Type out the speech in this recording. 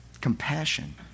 compassion